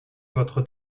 votre